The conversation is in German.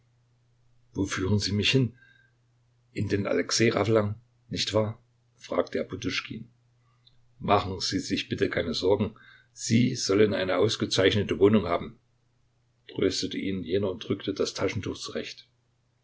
wo führen sie mich hin in den alexej ravelin nicht wahr fragte er poduschkin machen sie sich bitte keine sorgen sie sollen eine ausgezeichnete wohnung haben tröstete ihn jener und rückte das taschentuch zurecht